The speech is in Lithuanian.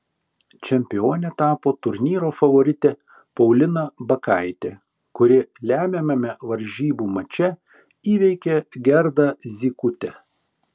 čempione tapo turnyro favoritė paulina bakaitė kuri lemiamame varžybų mače įveikė gerdą zykutę